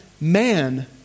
man